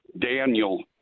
Daniel